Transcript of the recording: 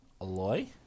Aloy